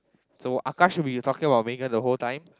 so Akash should be talking about Megan the whole time